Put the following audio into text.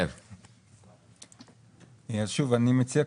אני מציע,